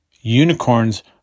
Unicorns